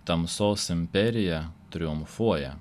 tamsos imperija triumfuoja